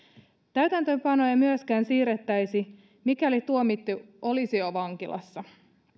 täytäntöönpanoa ei myöskään siirrettäisi mikäli tuomittu olisi jo vankilassa